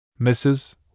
Mrs